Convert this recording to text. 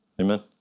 Amen